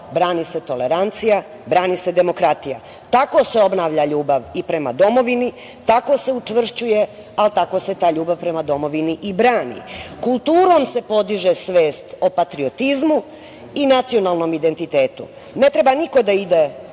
brani se tolerancija, brani se demokratija. Tako se obnavlja ljubav i prema domovini, tako se učvršćuje, ali, tako se ta ljubav prema domovini i brani. Kulturom se podiže svest o patriotizmu i nacionalnom identitetu. Ne treba niko da ide